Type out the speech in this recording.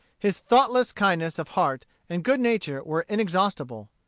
his thoughtless kindness of heart and good nature were inexhaustible.